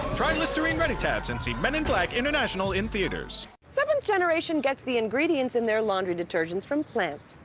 try listerine ready! tabs and see men in black international in theaters. seventh generation gets the ingredients in their laundry detergent from plants,